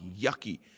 yucky